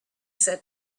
said